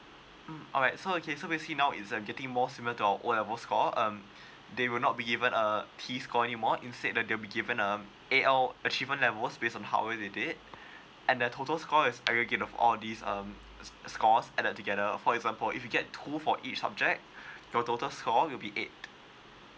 mm alright so okay so basically now is I'm getting more similar to our O levels score um they will not be given uh T score anymore instead that they'll be given um A_L achievement level based on how well they did and the total score is all these um scores add up together for example if you get two for each subject your total score will be eight